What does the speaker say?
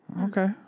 Okay